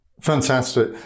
Fantastic